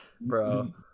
Bro